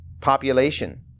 population